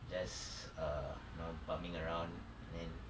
just err you know bumming around and then